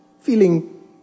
feeling